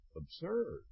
absurd